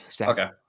okay